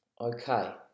Okay